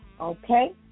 okay